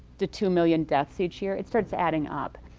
the two million deaths each year, it starts adding up.